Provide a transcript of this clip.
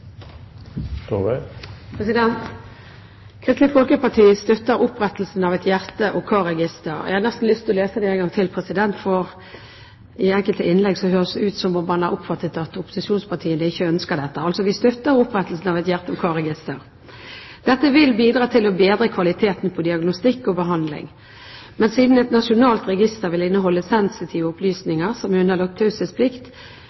Kristelig Folkeparti støtter opprettelsen av et hjerte- og karregister. Jeg har nesten lyst til å lese det en gang til, for ut fra enkelte innlegg høres det ut som om man har oppfattet det slik at opposisjonspartiene ikke ønsker dette. Altså: Vi støtter opprettelsen av et hjerte- og karregister. Dette vil bidra til å bedre kvaliteten på diagnostikk og behandling. Men siden et nasjonalt register vil inneholde sensitive